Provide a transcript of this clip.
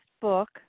book